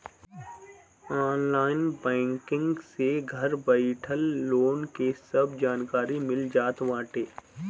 online banking से घर बइठल लोन के सब जानकारी मिल जात बाटे